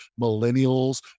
millennials